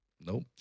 nope